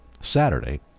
Saturday